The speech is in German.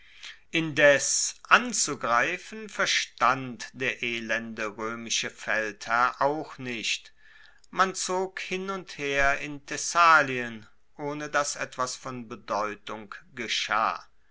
indes anzugreifen verstand der elende roemische feldherr auch nicht man zog hin und her in thessalien ohne dass etwas von bedeutung geschah